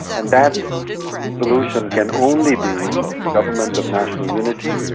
and that solution can only be government of national unity,